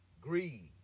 greed